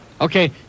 Okay